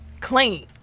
Clean